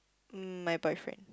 my boyfriend